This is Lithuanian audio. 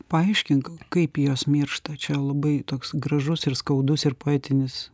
paaiškink kaip jos miršta čia labai toks gražus ir skaudus ir poetinis